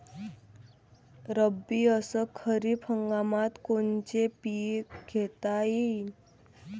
रब्बी अस खरीप हंगामात कोनचे पिकं घेता येईन?